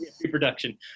pre-production